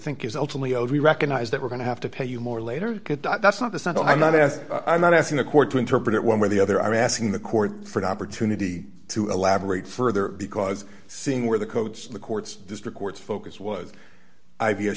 think is ultimately owed we recognize that we're going to have to pay you more later because that's not the saddle i'm not as i'm not asking the court to interpret it one way or the other i'm asking the court for an opportunity to elaborate further because seeing where the codes in the courts district courts focus was i